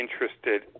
Interested